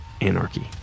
anarchy